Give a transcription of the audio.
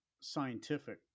scientific